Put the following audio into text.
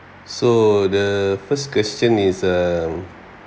so the first question is um